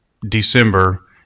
December